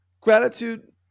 Gratitude